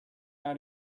how